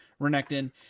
Renekton